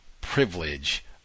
privilege